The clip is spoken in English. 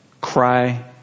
Cry